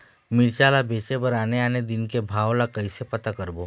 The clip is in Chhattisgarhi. मिरचा ला बेचे बर आने आने दिन के भाव ला कइसे पता करबो?